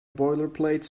boilerplate